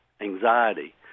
anxiety